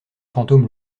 fantômes